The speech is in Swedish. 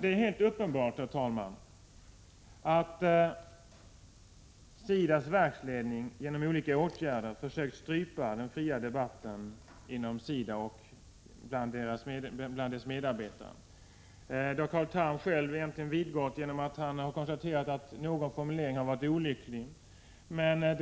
Det är helt uppenbart, herr talman, att SIDA:s verksledning genom olika åtgärder försökt strypa den fria debatten inom SIDA och bland dess 51 medarbetare. Det har Carl Tham egentligen själv vidgått genom att han har konstaterat att någon formulering har varit olycklig. Men den